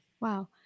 Wow